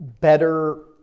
better